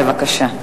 בבקשה.